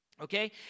Okay